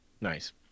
Nice